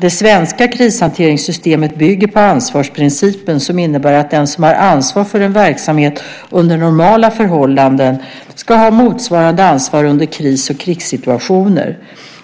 Det svenska krishanteringssystemet bygger på ansvarsprincipen som innebär att den som har ansvar för en verksamhet under normala förhållanden ska ha motsvarande ansvar under kris och krigssituationer.